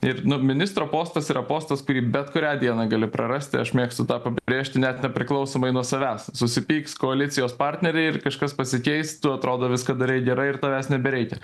ir nu ministro postas yra postas kurį bet kurią dieną gali prarasti aš mėgstu tą pabrėžti net nepriklausomai nuo savęs susipyks koalicijos partneriai ir kažkas pasikeis tu atrodo viską darei gerai ir tavęs nebereikia